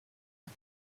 ont